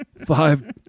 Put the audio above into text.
Five